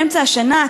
באמצע השנה,